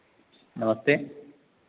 नमस्ते